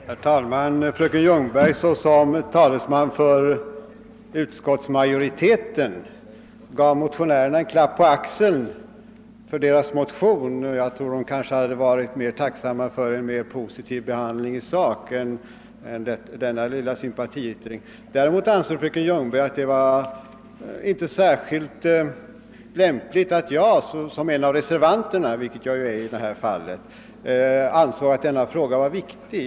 Herr talman! Fröken Ljungberg såsom talesman för utskottsmajoriteten gav motionärerna en klapp på axeln för deras motion, men jag tror att de kanske skulle ha varit tacksammare för en mer positiv behandling i sak än denna lilla sympatiyttring. Däremot ansåg fröken Ljungberg att det inte var särskilt lämpligt att jag såsom en av reservanterna, vilket jag ju är i detta fall, tycker att denna fråga är viktig.